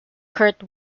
kurt